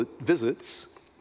visits